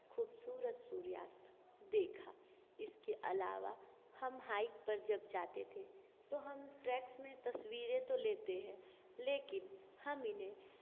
खूबसूरत सूर्यास्त देखा इसके अलावा हम हाइट पर जब जाते थे तो हम ट्रैक्स में तस्वीरें तो लेते हैं लेकिन हम इन्हें